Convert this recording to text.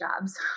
jobs